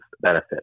benefit